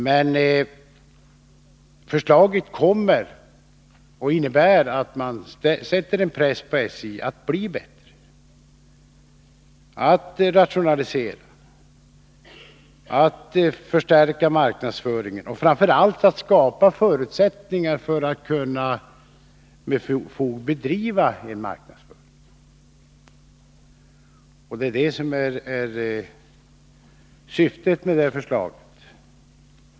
Men förslaget innebär att vi sätter press på SJ att bli bättre, att rationalisera, att förstärka marknadsföringen och framför allt att skapa förutsättningar för att SJ skall kunna med fog bedriva en marknadsföring. Det är det som är syftet med detta förslag.